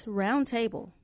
roundtable